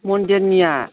मन्दिरनिया